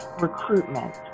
Recruitment